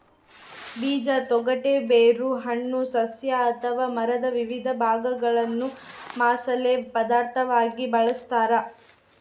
ಬೀಜ ತೊಗಟೆ ಬೇರು ಹಣ್ಣು ಸಸ್ಯ ಅಥವಾ ಮರದ ವಿವಿಧ ಭಾಗಗಳನ್ನು ಮಸಾಲೆ ಪದಾರ್ಥವಾಗಿ ಬಳಸತಾರ